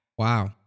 Wow